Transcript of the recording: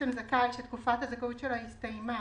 שזכאי שתקופת הזכאות שלו הסתיימה